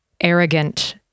arrogant